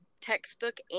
textbook